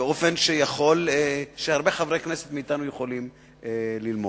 ובאופן שהרבה חברי כנסת יכולים ללמוד.